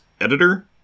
Editor